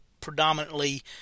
predominantly